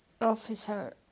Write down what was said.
officer